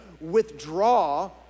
withdraw